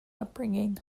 upbringing